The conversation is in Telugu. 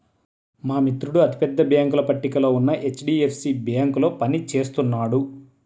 మా మిత్రుడు అతి పెద్ద బ్యేంకుల పట్టికలో ఉన్న హెచ్.డీ.ఎఫ్.సీ బ్యేంకులో పని చేస్తున్నాడు